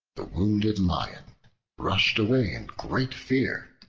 the wounded lion rushed away in great fear,